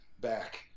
back